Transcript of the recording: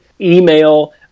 Email